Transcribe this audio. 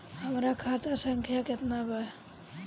हमरा खाता संख्या केतना बा?